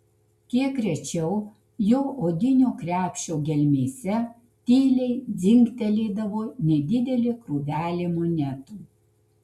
kiek rečiau jo odinio krepšio gelmėse tyliai dzingtelėdavo nedidelė krūvelė monetų